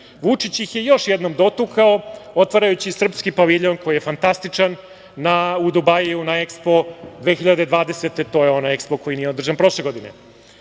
Vučić ih je još jednom dotukao otvarajući Srpski paviljon, koji je fantastičan, u Dubaiju na Ekspo 2020. To je onaj Ekspo koji nije održan prošle godine.